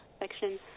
section